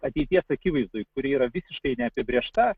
ateities akivaizdoj kuri yra visiškai neapibrėžta